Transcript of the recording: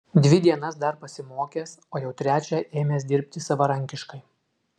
dvi dienas dar pasimokęs o jau trečią ėmęs dirbti savarankiškai